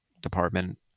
department